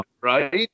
right